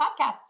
podcast